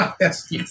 yes